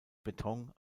beton